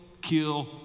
kill